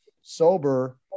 sober